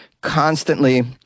constantly